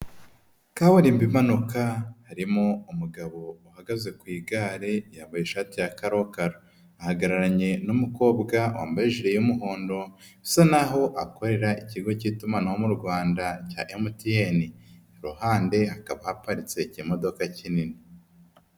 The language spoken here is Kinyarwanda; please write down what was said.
Kaburimbo impanuka harimo umugabo uhagaze ku igare yambaye ishati ya karokaro ahagararanye n'umukobwa wambaye ijire y'umuhondo usa naho akorera ikigo cy'itumanaho mu Rwanda cya MTN, ku ruhande hakaba haparitse ikimodoka kinini.